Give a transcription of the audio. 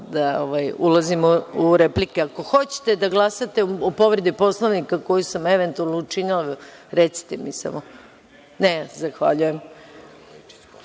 da ulazimo u replike. Ako hoćete da glasate o povredi Poslovnika koju sam eventualno učinila, samo mi recite. (Ne)Zahvaljujem. Zoran